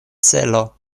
celo